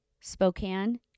Spokane